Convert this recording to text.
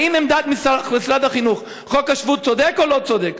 האם לעמדת משרד החינוך חוק השבות צודק או לא צודק?